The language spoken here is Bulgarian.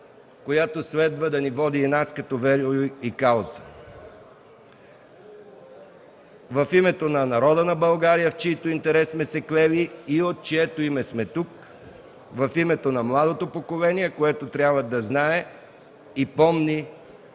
която следва да ни води и нас като верую и кауза в името на народа на България, в чийто интерес сме се клели и от чието име сме тук, в името на младото поколение, което трябва да знае и помни